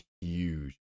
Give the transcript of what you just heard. huge